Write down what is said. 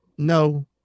no